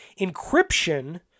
encryption